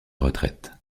retraite